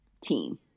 team